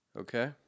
okay